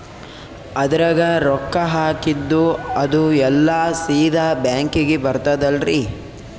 ಅದ್ರಗ ರೊಕ್ಕ ಹಾಕಿದ್ದು ಅದು ಎಲ್ಲಾ ಸೀದಾ ಬ್ಯಾಂಕಿಗಿ ಬರ್ತದಲ್ರಿ?